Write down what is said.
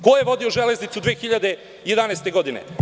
Ko je vodio „Železnicu“ 2011. godine?